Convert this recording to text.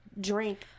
drink